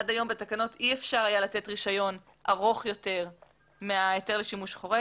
עד היום בתקנות אי אפשר היה לתת רישיון ארוך יותר מההיתר לשימוש חורג